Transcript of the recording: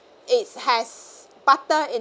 it has butter in